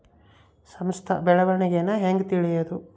ಸಂಸ್ಥ ಬೆಳವಣಿಗೇನ ಹೆಂಗ್ ತಿಳ್ಯೇದು